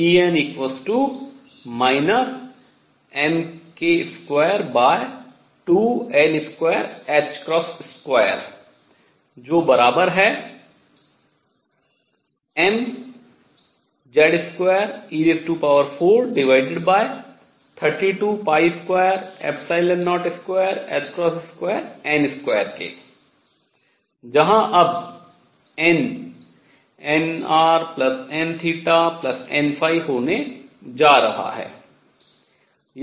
En mk22n22 जो समान है mZ2e4322022n2 के जहां अब n nrnn होने जा रहा है